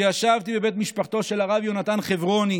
כשישבתי בבית משפחתו של הרב יונתן חברוני